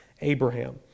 Abraham